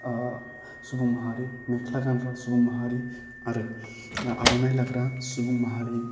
सुबुं माहारि मेख्ला गानग्रा सुबुं माहारि आरो आर'नाइ लाग्रा सुबुं माहारि